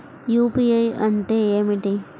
UPI అంటే ఏమిటీ?